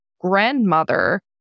grandmother